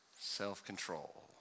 self-control